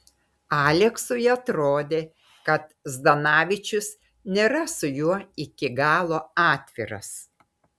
aleksui atrodė kad zdanavičius nėra su juo iki galo atviras